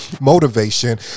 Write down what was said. motivation